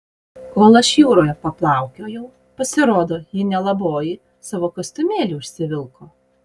kol aš jūroje paplaukiojau pasirodo ji nelaboji savo kostiumėlį užsivilko